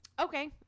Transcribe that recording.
Okay